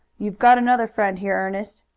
you've got another friend here, ernest,